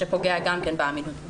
מה שפוגע גם כן באמינותן.